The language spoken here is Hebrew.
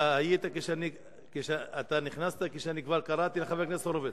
אתה נכנסת כשכבר קראתי לחבר הכנסת הורוביץ.